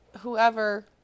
whoever